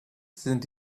sind